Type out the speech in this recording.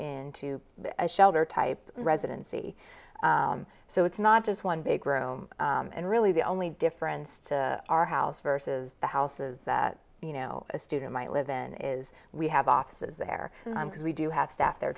into a shelter type residency so it's not just one big room and really the only difference to our house versus the houses that you know a student might live in is we have offices there and we do have staff there